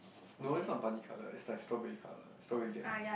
no it's not bunny colour it's like strawberry colour strawberry jam